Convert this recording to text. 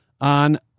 on